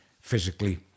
physically